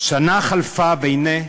שנה חלפה, והנה,